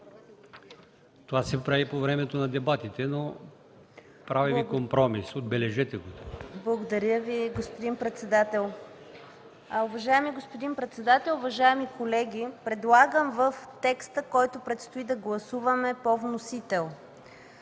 Това се прави по време на дебатите, но Ви правя компромис. Отбележете го.